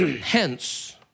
Hence